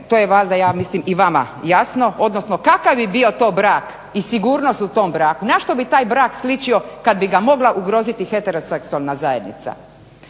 To je valjda ja mislim i vama jasno. Odnosno kakav bi bio to brak i sigurnost u tom braku, na što bi taj brak sličio kada bi ga mogla ugroziti heteroseksualna zajednica.